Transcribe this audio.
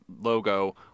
logo